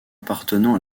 appartenant